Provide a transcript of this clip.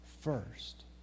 first